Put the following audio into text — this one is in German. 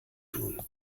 tun